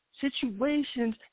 Situations